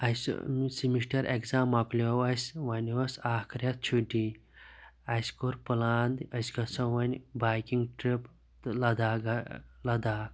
اَسہِ semester exam مۄکلِیو اسہِ وۄنۍ اوس اَکھ ریٚتھ چھُٹی اَسہِ کوٚر پٕلان أسۍ گَژھو وۄنۍ بایکِنگ ٹرٕپ تہٕ لَداخ لَداخ